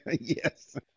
Yes